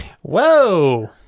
Whoa